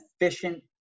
efficient